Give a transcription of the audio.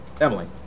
Emily